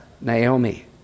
Naomi